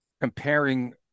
comparing